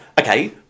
okay